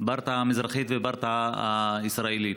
ברטעה המזרחית וברטעה הישראלית.